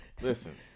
listen